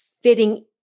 fitting